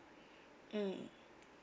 mm